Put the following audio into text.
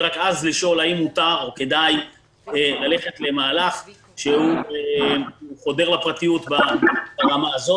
ורק אז לשאול האם מותר או כדאי ללכת למהלך שחודר לפרטיות ברמה הזאת.